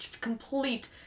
complete